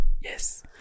Yes